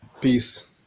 Peace